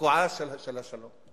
התקועה של השלום.